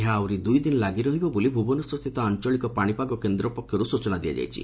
ଏହା ଆହୁରି ଦୁଇଦିନ ଲାଗି ରହିବ ବୋଲି ଭୁବନେଶ୍ୱରସ୍ଥିତ ଆଞ୍ଚଳିକ ପାଶିପାଗ କେନ୍ଦ୍ର ତରଫରୁ ସୂଚନା ମିଳିଛି